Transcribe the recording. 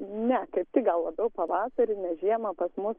ne kaip tik gal labiau pavasarį ne žiemą pas mus